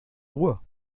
ruhr